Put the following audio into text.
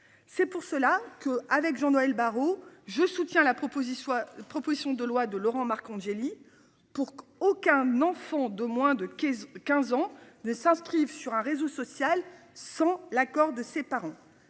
C'est pour cela que avec Jean-Noël Barrot, je soutiens la proposent, ils soient proposition de loi de Laurent Marcangeli pour qu'aucun enfant de moins de 15 15 ans de s'inscrivent sur un réseau social sans l'accord de ses parents.